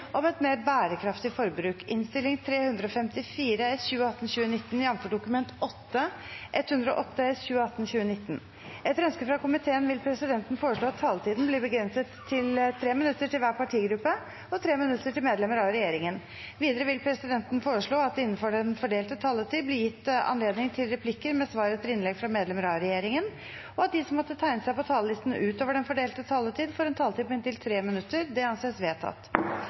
om ordet til sak nr. 2. Etter ønske fra finanskomiteen vil presidenten foreslå at taletiden blir begrenset til 3 minutter til hver partigruppe og 3 minutter til medlemmer av regjeringen. Videre vil presidenten foreslå at det innenfor den fordelte taletid blir gitt anledning til replikker med svar etter innlegg fra medlemmer av regjeringen, og at de som måtte tegne seg på talerlisten utover den fordelte taletid, får en taletid på inntil 3 minutter. – Det anses vedtatt.